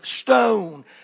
stone